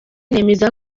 nemeza